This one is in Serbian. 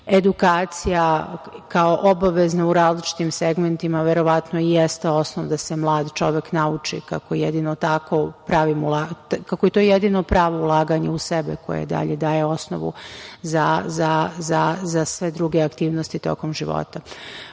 edukacija kao obavezna u različitim segmentima verovatno i jeste osnov da se mlad čovek nauči kako je to jedino pravo ulaganje u sebe koje daje osnovu za sve druge aktivnosti tokom života.U